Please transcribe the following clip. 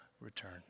return